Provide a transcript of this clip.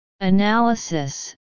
Analysis